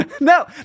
No